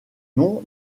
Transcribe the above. nom